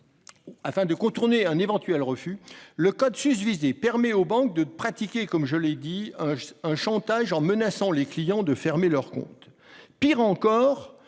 Afin de contourner un éventuel refus, le code susvisé permet aux banques de pratiquer un chantage, en menaçant les clients de fermer leur compte. Pire encore,